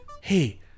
hey